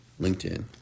LinkedIn